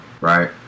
right